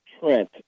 Trent